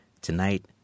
Tonight